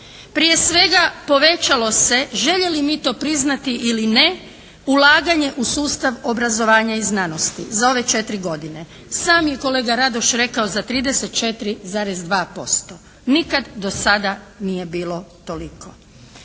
Prije svega povećalo se željeli mi to priznati ili ne ulaganje u sustav obrazovanja i znanosti za ove četiri godine. Sam je kolega Radoš rekao za 34,2%. Nikad do sada nije bilo toliko.